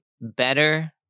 better